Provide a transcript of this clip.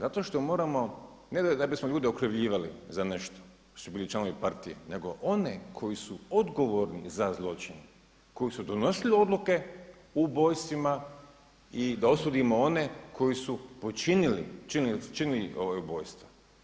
Zato što moramo, ne da bi smo ljude okrivljivali za nešto, da su bili članovi partije, nego one koji su odgovorni za zločine, koji su donosili odluke o ubojstvima i da osudimo one koji su počinili ubojstva.